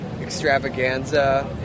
extravaganza